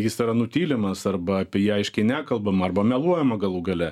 jis yra nutylimas arba apie jį aiškiai nekalbama arba meluojama galų gale